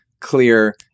clear